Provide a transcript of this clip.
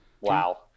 Wow